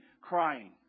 crying